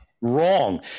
wrong